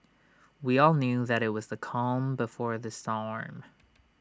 we all knew that IT was the calm before the storm